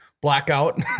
Blackout